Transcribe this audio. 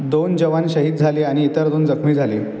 दोन जवान शहीद झाले आणि इतर दोन जखमी झाले